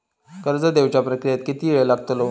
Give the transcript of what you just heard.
कर्ज देवच्या प्रक्रियेत किती येळ लागतलो?